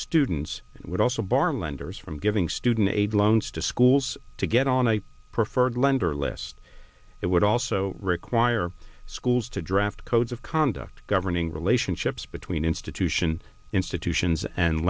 students it would also bar lenders from giving student aid loans to schools to get on a preferred lender less it would also require schools to draft codes of conduct governing relationships between institution institutions and